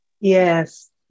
Yes